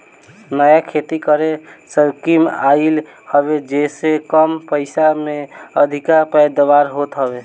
नया खेती के स्कीम आइल हवे जेसे कम पइसा में अधिका पैदावार होत हवे